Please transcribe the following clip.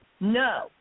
no